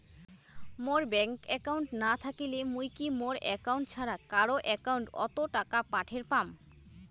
মোর bank account না থাকিলে মুই কি মোর একাউন্ট ছাড়া কারো একাউন্ট অত টাকা পাঠের পাম?